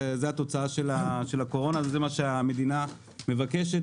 זה התוצאה של הקורונה וזה מה שהמדינה מבקשת.